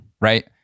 right